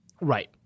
right